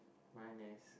mine is